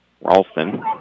Ralston